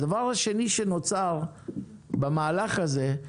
הדבר השני שנוצר במהלך הזה,